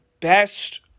best